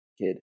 kid